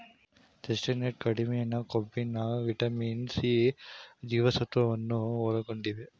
chestnut ಕಡಿಮೆ ಕೊಬ್ಬಿನ vitamin C ಜೀವಸತ್ವವನ್ನು ಒಳಗೊಂಡಿದೆ